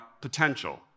potential